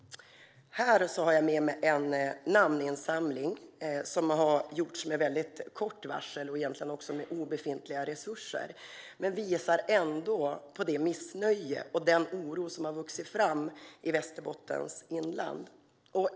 Jag har med mig en namninsamling till ministern, som har gjorts med kort varsel och resurser som egentligen är obefintliga. Ändå visar den på det missnöje och den oro som har vuxit fram i Västerbottens inland.